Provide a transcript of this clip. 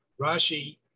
Rashi